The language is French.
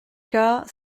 carr